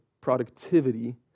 productivity